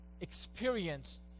experienced